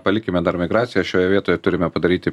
palikime dar migraciją šioje vietoje turime padaryti